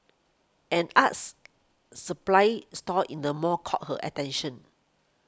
an us supplies store in the mall caught her attention